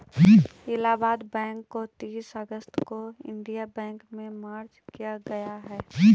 Allahabad bank को तीस अगस्त को इन्डियन बैंक में मर्ज किया गया है